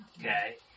okay